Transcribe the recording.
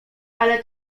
ale